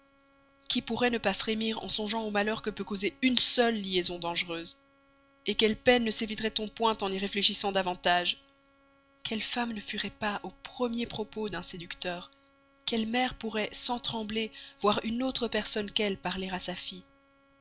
qui pourrait ne pas frémir en songeant aux malheurs que peut causer une seule liaison dangereuse quelles peines ne séviterait on point en y réfléchissant davantage quelle femme ne fuirait pas au premier propos d'un séducteur quelle mère pourrait sans trembler voir une autre personne qu'elle parler à sa fille